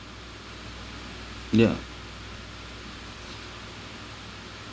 yeah